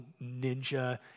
ninja